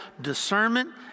discernment